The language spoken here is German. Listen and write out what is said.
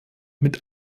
mit